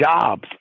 jobs